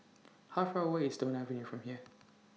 How Far away IS Stone Avenue from here